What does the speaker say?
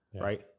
right